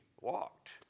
walked